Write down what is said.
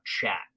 chat